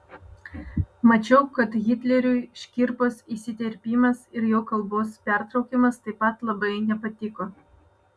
mačiau kad hitleriui škirpos įsiterpimas ir jo kalbos pertraukimas taip pat labai nepatiko